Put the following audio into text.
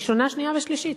ראשונה, שנייה ושלישית.